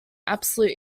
absolute